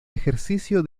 ejercicio